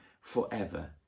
forever